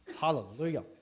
Hallelujah